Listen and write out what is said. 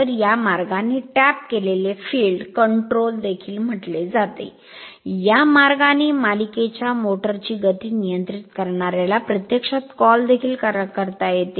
तर या मार्गाने त्याला टॅप केलेले फील्ड कंट्रोल देखील म्हटले जाते या मार्गाने मालिकेच्या मोटर ची गती नियंत्रित करणार्याला प्रत्यक्षात कॉल देखील करता येते